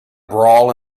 brawl